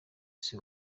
isi